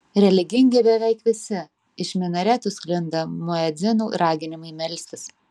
religingi beveik visi iš minaretų sklinda muedzinų raginimai melstis